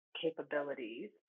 capabilities